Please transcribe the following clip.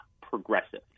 progressive